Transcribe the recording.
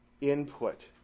input